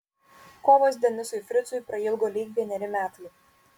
kovas denisui fricui prailgo lyg vieneri metai